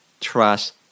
trust